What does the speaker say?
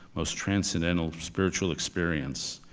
most transcendental, spiritual experience.